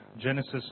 Genesis